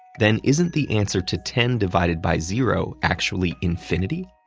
then, isn't the answer to ten divided by zero actually infinity?